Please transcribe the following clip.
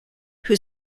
who